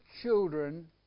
children